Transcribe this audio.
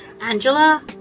Angela